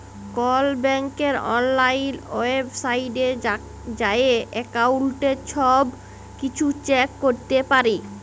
call ব্যাংকের অললাইল ওয়েবসাইটে যাঁয়ে এক্কাউল্টের ছব কিছু চ্যাক ক্যরতে পারি